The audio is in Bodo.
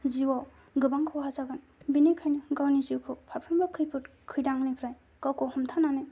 जिउआव गोबां खहा जागोन बिनिखायनो गावनि जिउखौ फारफ्रोमबो खैफोद खैदांनिफ्राय गावखौ हमथानानै